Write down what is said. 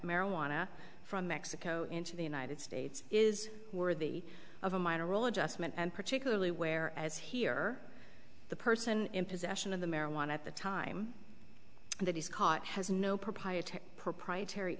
marijuana from mexico into the united states is worthy of a minor role adjustment and particularly where as here the person in possession of the marijuana at the time that he's caught has no proprietary